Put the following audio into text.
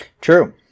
True